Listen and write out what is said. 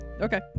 Okay